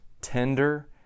tender